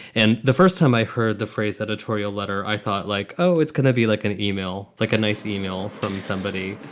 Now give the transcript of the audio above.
and the first time i heard the phrase editorial letter, i thought like, oh, it's going to be like an email, like a nice e-mail from somebody.